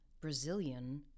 brazilian